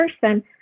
person